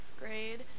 grade